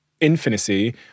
infinity